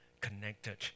connected